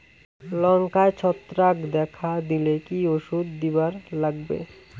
লঙ্কায় ছত্রাক দেখা দিলে কি ওষুধ দিবার লাগবে?